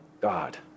God